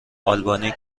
آلبانی